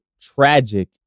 tragic